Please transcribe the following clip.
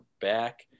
back